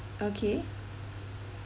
okay